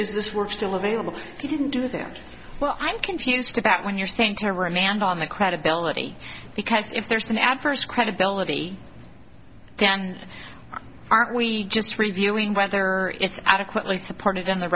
is this work still available if you didn't do them well i'm confused about when you're saying time or a man on the credibility because if there's an adverse credibility then aren't we just reviewing whether it's adequately supported on the